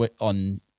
on